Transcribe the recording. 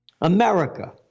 America